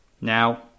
now